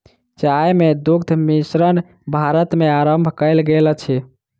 चाय मे दुग्ध मिश्रण भारत मे आरम्भ कयल गेल अछि